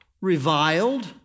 reviled